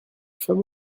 femme